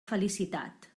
felicitat